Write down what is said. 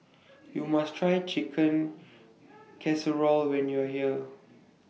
YOU must Try Chicken Casserole when YOU Are here